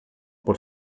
por